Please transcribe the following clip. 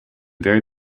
very